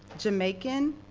jamaican,